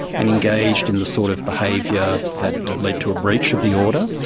and engaged in the sort of behaviour that led to a breach of the order,